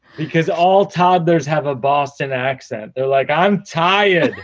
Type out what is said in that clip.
because all toddlers have a boston accent. they're like, i'm tired.